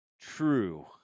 true